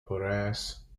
horace